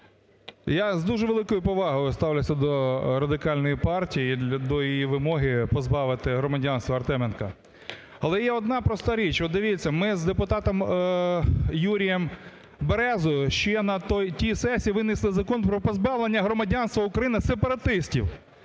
Я з дуже великою повагою ставлюсь до Радикальної партії, до її вимоги позбавити громадянства Артеменка. Але є одна проста річ. От, дивіться, ми з депутатом Юрієм Березою ще на тій сесії винесли закон про позбавлення громадянства України сепаратистів.